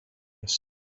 les